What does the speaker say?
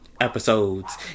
Episodes